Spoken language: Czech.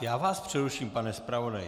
Já vás přeruším, pane zpravodaji.